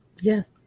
Yes